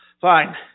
fine